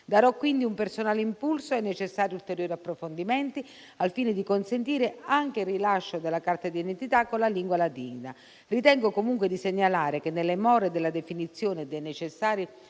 Darò quindi un personale impulso ai necessari ulteriori approfondimenti al fine di consentire anche il rilascio della carta d'identità con la lingua ladina. Ritengo comunque di segnalare che nelle more della definizione dei necessari aspetti